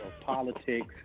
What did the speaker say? politics